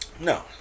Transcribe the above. No